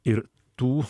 ir tų